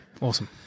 Awesome